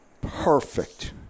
perfect